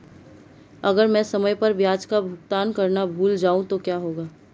अगर मैं समय पर ब्याज का भुगतान करना भूल जाऊं तो क्या होगा?